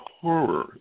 horror